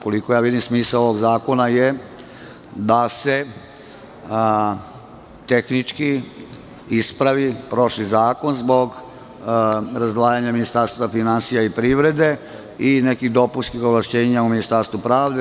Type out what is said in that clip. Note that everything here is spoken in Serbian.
Koliko ja vidim, smisao ovog zakona je da se tehnički ispravi prošli zakon zbog razdvajanja Ministarstva finansija i privrede i nekih dopunskih ovlašćenja u Ministarstvu pravde.